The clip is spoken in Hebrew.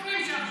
הדברים שעכשיו